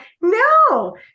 No